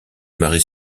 marie